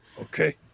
Okay